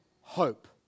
hope